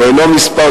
הוא אינו קדוש.